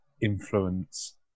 influence